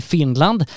Finland